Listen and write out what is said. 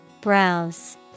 Browse